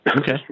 Okay